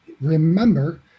remember